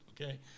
okay